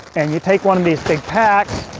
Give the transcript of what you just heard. and you take one of these big packs,